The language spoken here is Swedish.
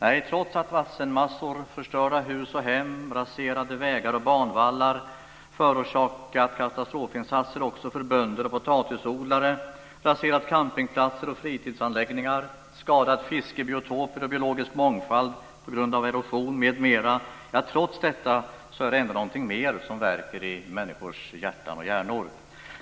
Nej, trots att vattenmassor förstört hus och hem, raserat vägar och banvallar, förorsakat katastrofinsatser också för bönder och potatisodlare, raserat campingplatser och fritidsanläggningar, skadat fiskebiotoper och biologisk mångfald på grund av erosion m.m. - trots allt detta är det ändå något mer som värker i människors hjärtan och hjärnor.